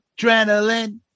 adrenaline